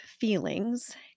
feelings